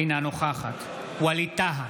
אינה נוכחת ווליד טאהא,